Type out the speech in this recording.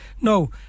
No